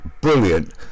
brilliant